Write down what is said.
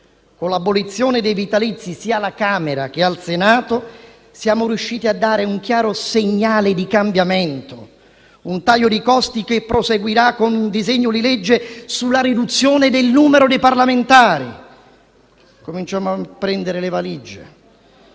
Con l'abolizione dei vitalizi sia alla Camera che al Senato siamo riusciti a dare un chiaro segnale di cambiamento; un taglio di costi che proseguirà con un disegno di legge sulla riduzione del numero dei parlamentari. Cominciamo a prendere le valigie.